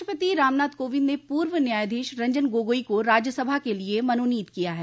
राष्ट्रपति रामनाथ कोविंद ने पूर्व न्यायधीश रंजन गोगोई को राज्यसभा के लिए मनोनीत किया है